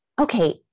Okay